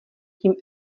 tím